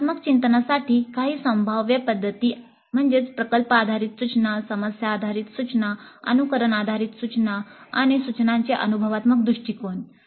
रचनात्मक चिंतनासाठी काही संभाव्य पध्दती म्हणजे प्रकल्प आधारित सूचना समस्या आधारित सूचना अनुकरण आधारित सूचना आणि सूचनांचे अनुभवात्मक दृष्टिकोन